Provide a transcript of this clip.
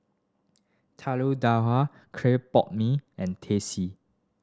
Telur Dadah clay pot mee and Teh C